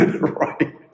Right